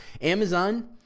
Amazon